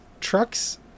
trucks